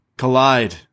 Collide